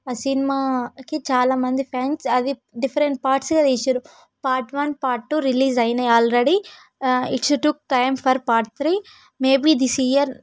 ఆ సినిమాకి చాలామంది ఫ్యాన్స్ అది డిఫరెంట్ పార్ట్స్గా తీస్సిర్రు part one part two release అయిన already it took time for part three maybe this year